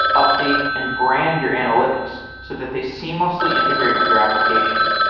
update and brand your analytics so that they seamlessly integrate with your application.